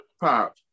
pop